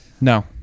No